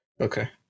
okay